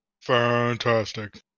Fantastic